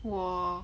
我